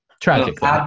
tragically